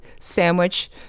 sandwich